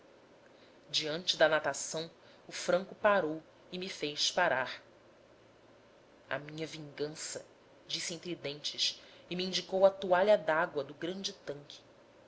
diante da natação o franco parou e me fez parar a minha vingança disse entre dentes e me indicou a toalha dágua do grande tanque